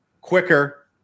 Quicker